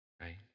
right